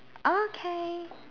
okay